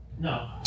No